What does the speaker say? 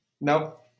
Nope